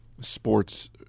sports